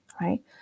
right